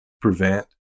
prevent